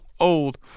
old